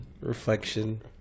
reflection